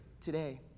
today